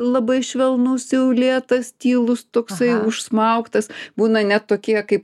labai švelnus jau lėtas tylus toksai užsmaugtas būna net tokie kaip